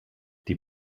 die